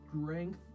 strength